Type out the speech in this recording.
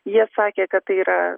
jie sakė kad tai yra